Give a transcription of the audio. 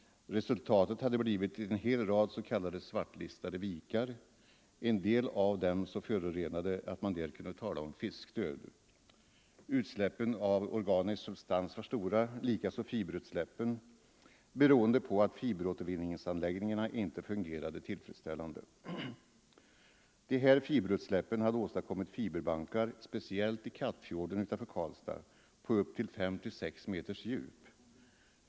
Resultatet hade blivit en hel rad s.k. svartlistade vikar, en del av dem så förorenade att man där kunde tala om fiskdöd. Utsläppen av organisk substans var stora, likaså fiberutsläppen, beroende på att fiberåtervinningsanläggningarna inte fungerade tillfredsställande. Dessa fiberutsläpp hade åstadkommit fiberbankar, speciellt i Kattfjorden utanför Karlstad, på upp till 5-6 meters djup.